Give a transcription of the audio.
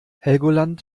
helgoland